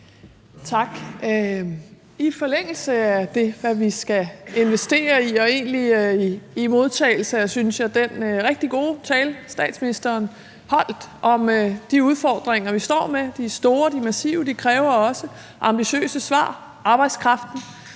Tak. I forlængelse af spørgsmålet om, hvad vi skal investere i, og egentlig som følge af den, synes jeg, rigtig gode tale, statsministeren holdt, om de udfordringer, vi står med, som er store, massive, og som også kræver ambitiøse svar bl.a.